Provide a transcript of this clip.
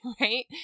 right